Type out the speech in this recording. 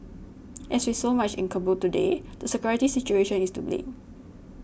as with so much in Kabul today the security situation is to blame